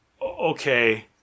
Okay